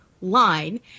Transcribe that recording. line